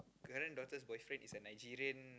current daughter's boyfriend is a Nigerian